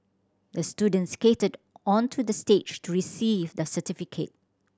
the student skated onto the stage to receive the certificate